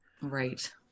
Right